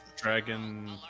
Dragon